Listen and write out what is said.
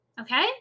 Okay